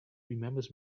remembers